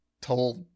told